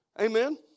Amen